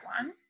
one